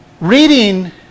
reading